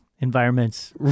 environments